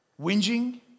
whinging